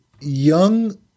young